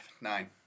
Nine